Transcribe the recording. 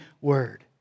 word